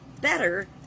better